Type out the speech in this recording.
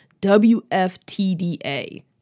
WFTDA